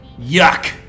Yuck